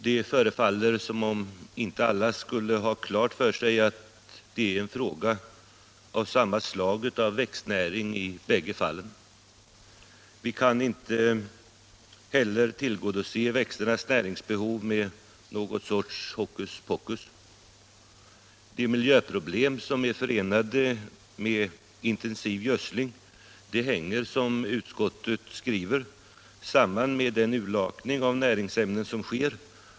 Det förefaller som om inte alla skulle ha klart för sig att det är samma slag av växtnäring i bägge fallen. Vi kan inte heller tillgodose växternas näringsbehov med något slags hokuspokus. De miljöproblem som är förenade med intensiv gödsling hänger, som utskottet skriver, samman med den urlakning av näringsämnen som sker.